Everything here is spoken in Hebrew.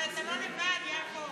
אבל אתה לא לבד, יעקב.